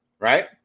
Right